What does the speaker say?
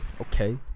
Okay